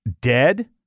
dead